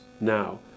now